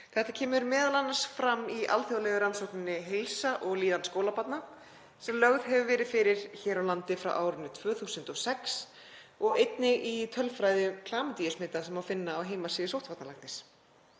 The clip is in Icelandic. Þetta kemur m.a. fram í alþjóðlegu rannsókninni Heilsa og líðan skólabarna, sem lögð hefur verið fyrir hér á landi frá árinu 2006, og einnig í tölfræði klamydíusmita sem má finna á heimasíðu sóttvarnalæknis.